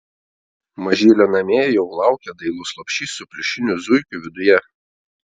mažylio namie jau laukia dailus lopšys su pliušiniu zuikiu viduje